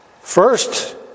First